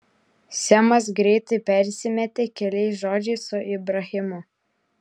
semas greitai persimetė keliais žodžiais su ibrahimu